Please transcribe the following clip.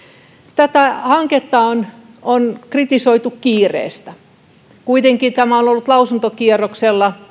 tätä hanketta on on kritisoitu kiireestä kuitenkin tämä on on ollut lausuntokierroksella